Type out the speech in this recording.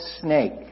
snake